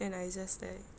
then I just like